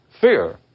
fear